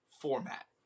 format